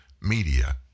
media